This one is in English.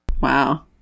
Wow